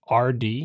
rd